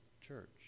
Church